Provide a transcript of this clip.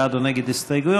בעד או נגד הסתייגויות,